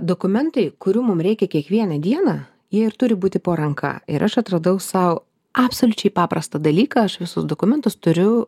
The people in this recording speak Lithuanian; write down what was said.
dokumentai kurių mum reikia kiekvieną dieną jie ir turi būti po ranka ir aš atradau sau absoliučiai paprastą dalyką aš visus dokumentus turiu